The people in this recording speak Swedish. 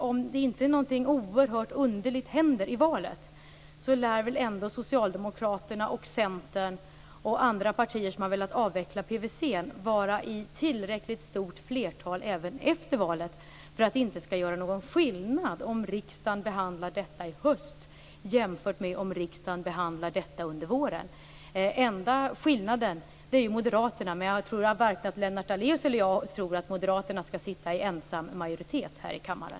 Om inte någonting oerhört underligt händer i valet lär väl Socialdemokraterna, Centern och andra partier som har velat avveckla PVC vara i tillräckligt stor majoritet även efter valet. Så det blir väl ingen skillnad om riksdagen behandlar frågan i höst jämfört med om riksdagen behandlar frågan under våren. De enda som skiljer ut sig är Moderaterna, men varken Lennart Daléus eller jag tror nog att Moderaterna skall ha ensam majoritet här i kammaren.